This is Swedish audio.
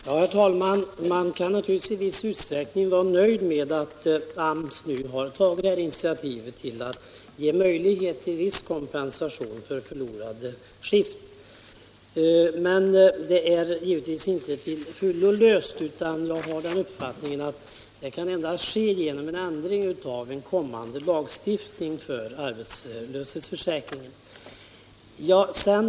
Herr talman! Man kan naturligtvis i viss utsträckning vara nöjd med att AMS nu har tagit initiativ till att ge möjlighet till viss kompensation för förlorade skift. Men problemet är givetvis inte till fullo löst, utan jag har den uppfattningen att det endast kan ske genom en ändring i en kommande lagstiftning rörande arbetslöshetsförsäkringen.